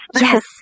Yes